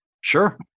Sure